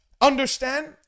Understand